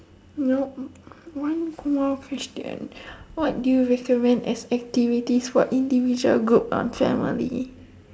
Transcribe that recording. nope one more question what do you recommend as activities for individual group or family